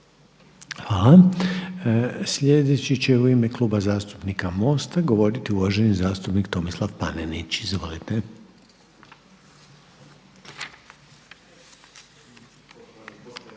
Hvala. Sljedeći će u ime Kluba zastupnika MOST-a govoriti uvaženi zastupnik Tomislav Panenić. Izvolite.